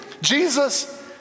Jesus